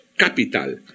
Capital